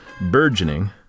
burgeoning